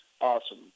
awesome